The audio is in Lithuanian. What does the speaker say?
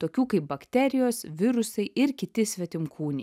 tokių kaip bakterijos virusai ir kiti svetimkūniai